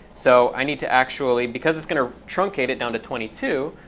so i need to actually, because it's going to truncate it down to twenty two,